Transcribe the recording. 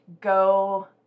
go